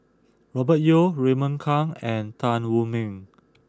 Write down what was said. Robert Yeo Raymond Kang and Tan Wu Meng